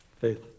faith